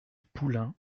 poulain